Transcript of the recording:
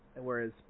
whereas